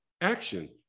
action